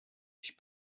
ich